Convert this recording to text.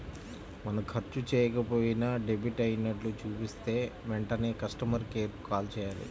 మనం ఖర్చు చెయ్యకపోయినా డెబిట్ అయినట్లు చూపిస్తే వెంటనే కస్టమర్ కేర్ కు కాల్ చేయాలి